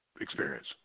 experience